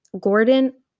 Gordon